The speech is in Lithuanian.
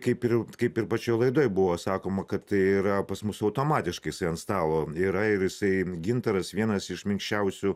kaip ir kaip ir pačioj laidoj buvo sakoma kad tai yra pas mus automatiškai jisai ant stalo yra ir jisai gintaras vienas iš minkščiausių